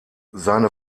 seine